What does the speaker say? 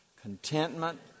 Contentment